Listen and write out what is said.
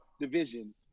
division